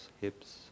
hips